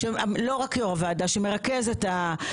לא רק כיושב ראש הוועדה אלא כמי שמרכז את הקואליציה,